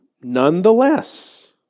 Nonetheless